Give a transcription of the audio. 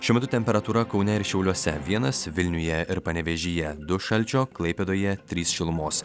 šiuo metu temperatūra kaune ir šiauliuose vienas vilniuje ir panevėžyje du šalčio klaipėdoje trys šilumos